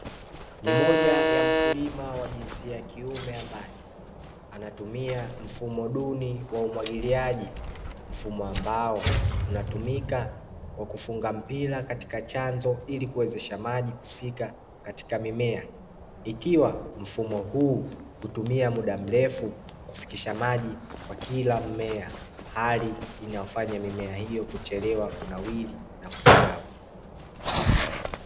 Ni moja ya mkulima wa jinsia ya kiume ambaye anatumia mfumoduni wa umwagiliaji, mfumo ambao unatumika kwa kufunga mpira katika chanzo ilikuwezesha maji kufika katika mimea, ikiwa mfumo huu hutumia muda mrefu kufikisha maji kwa kila mmea hali inayofanya mimea iyo kuchelewa kunawiri na kustawi.